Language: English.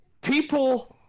people